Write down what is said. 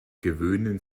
gewöhnen